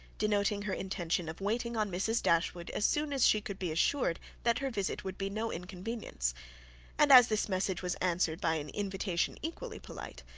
denoting her intention of waiting on mrs. dashwood as soon as she could be assured that her visit would be no inconvenience and as this message was answered by an invitation equally polite,